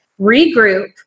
regroup